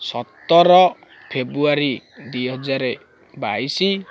ସତର ଫେବୃୟାରୀ ଦୁଇହଜାର ବାଇଶ